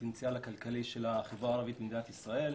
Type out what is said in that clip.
הפוטנציאל הכלכלי של החברה הערבית במדינת ישראל.